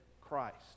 Christ